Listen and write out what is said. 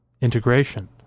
integration